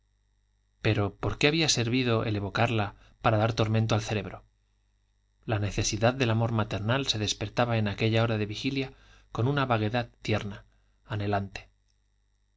pero por qué había servido el evocarla para dar tormento al cerebro la necesidad del amor maternal se despertaba en aquella hora de vigilia con una vaguedad tierna anhelante